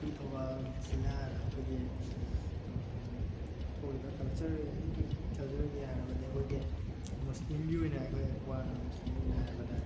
ꯑꯩꯈꯣꯏꯒꯤ ꯊꯧꯕꯥꯜ ꯖꯤꯂꯥꯗ ꯑꯩꯈꯣꯏꯒꯤ ꯊꯣꯛꯂꯤꯕ ꯀꯜꯆꯔꯦꯜ ꯑꯩꯈꯣꯏꯒꯤ ꯀꯜꯆꯔꯒꯤ ꯍꯥꯏꯔꯕꯗꯤ ꯑꯩꯈꯣꯏꯒꯤ ꯃꯨꯁꯂꯤꯝꯒꯤ ꯑꯣꯏꯅ ꯑꯩꯈꯣꯏ ꯃꯨꯁꯂꯤꯝꯒꯤ ꯑꯣꯏꯅ ꯍꯥꯏꯔꯕꯗ